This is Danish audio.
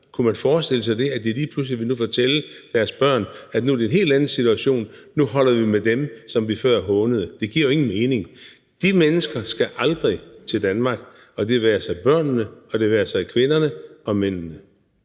kunne man forestille sig det, at de nu lige pludselig ville fortælle deres børn, at det nu er en helt anden situation, og at de nu holder med dem, som de før hånede? Det giver jo ingen mening. De mennesker skal aldrig til Danmark, og det være sig børnene, og det være sig kvinderne og mændene.